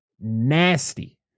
nasty